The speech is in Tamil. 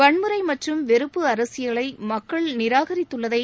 வன்முறை மற்றும் வெறுப்பு அரசியலை மக்கள் நிராகரித்துள்ளதை